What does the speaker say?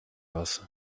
aus